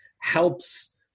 helps